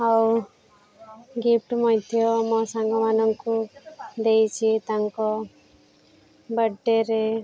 ଆଉ ଗିଫ୍ଟ ମଧ୍ୟ ମୋ ସାଙ୍ଗମାନଙ୍କୁ ଦେଇଛି ତାଙ୍କ ବଡ଼େରେ